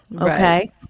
okay